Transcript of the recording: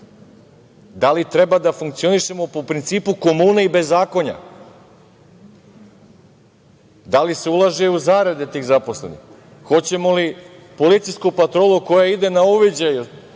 Da li treba da funkcionišemo po principu komuna i bezakonja? Da li se ulaže u zarade tih zaposlenih? Hoćemo li policijsku patrolu koja ide na uviđaje,